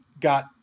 got